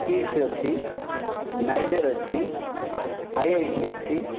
kits ଅଛି NISER ଅଛି IIT ଅଛି